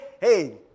Hey